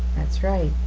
that's right,